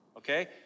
Okay